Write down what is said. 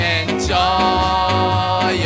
Enjoy